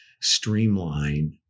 streamline